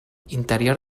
interior